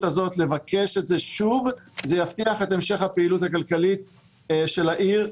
הזאת לבקש את זה שוב זה יבטיח את המשך הפעילות הכלכלית של העיר בבטחה.